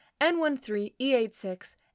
N13E86